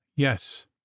Yes